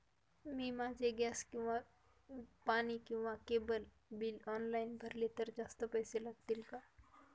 मी माझे गॅस किंवा वीज किंवा पाणी किंवा केबल बिल ऑनलाईन भरले तर जास्त पैसे लागतील का?